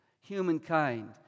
humankind